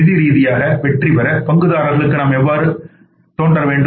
நிதி ரீதியாக வெற்றிபெற பங்குதாரர்களுக்கு நாம் எவ்வாறு தோன்ற வேண்டும்